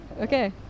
okay